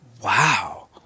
wow